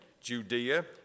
Judea